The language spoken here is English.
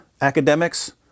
academics